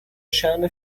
شأن